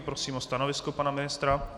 Prosím o stanovisko pana ministra.